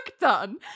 done